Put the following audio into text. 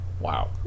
Wow